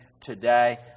today